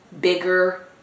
bigger